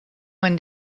when